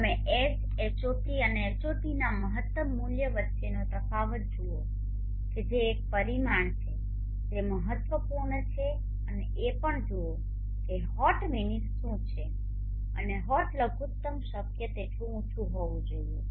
તમે H Hot અને HOT ના મહત્તમ મૂલ્ય વચ્ચેનો તફાવત જુઓ છો જે એક પરિમાણ છે જે મહત્વપૂર્ણ છે અને એ પણ જુઓ કે HOT મિનિટ શું છે અને HOT લઘુત્તમ શક્ય તેટલું ઉચું હોવું જોઈએ